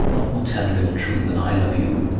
not more tenderly or truly than i love you.